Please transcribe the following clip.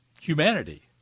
humanity